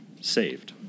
saved